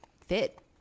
fit